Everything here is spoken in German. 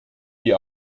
die